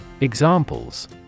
Examples